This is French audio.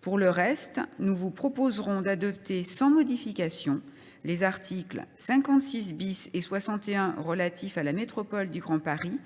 Pour le reste, nous vous proposerons d’adopter sans modification les articles 56 et 61 relatifs à la métropole du Grand Paris,